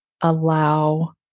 allow